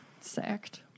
Sacked